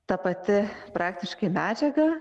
ta pati praktiškai medžiaga